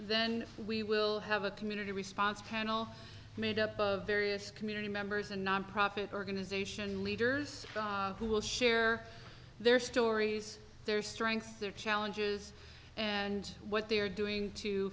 then we will have a community response panel made up of various community members and nonprofit organization leaders who will share their stories their strengths their challenges and what they are doing to